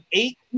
eight